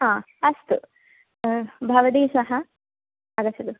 अस्तु भवत्या सह आगच्छतु